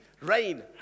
rain